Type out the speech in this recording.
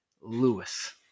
Lewis